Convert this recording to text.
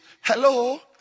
hello